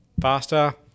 faster